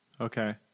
Okay